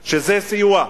שקלים, וזה סיוע.